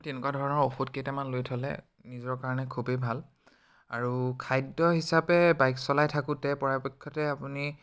এনেকুৱা ধৰণৰ ঔষধ কেইটামান লৈ থলে নিজৰ কাৰণে খুবেই ভাল আৰু খাদ্য হিচাপে বাইক চলাই থাকোঁতে পৰাপক্ষতে আপুনি